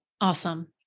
Awesome